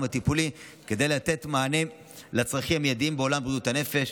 הטיפולי כדי לתת מענה לצרכים המיידיים בעולם בריאות הנפש,